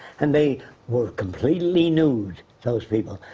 and they were completely nude, those people.